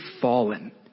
fallen